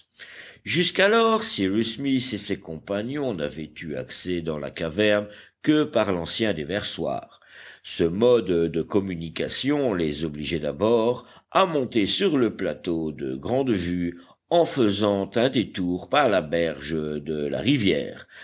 jusqu'alors cyrus smith et ses compagnons n'avaient eu accès dans la caverne que par l'ancien déversoir ce mode de communication les obligeait d'abord à monter sur le plateau de grande vue en faisant un détour par la berge de la rivière